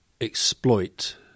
exploit